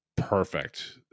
perfect